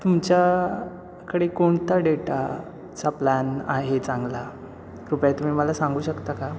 तुमच्याकडे कोणता डेटाचा प्लॅन आहे चांगला कृपया तुम्ही मला सांगू शकता का